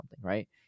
right